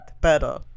Better